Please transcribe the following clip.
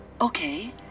Okay